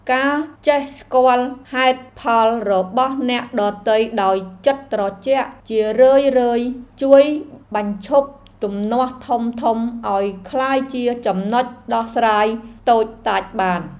ការចេះស្តាប់ហេតុផលរបស់អ្នកដទៃដោយចិត្តត្រជាក់ជារឿយៗជួយបញ្ឈប់ទំនាស់ធំៗឱ្យក្លាយជាចំណុចដោះស្រាយតូចតាចបាន។